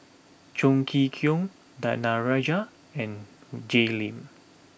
Chong Kee Hiong Danaraj and Jay Lim